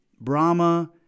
Brahma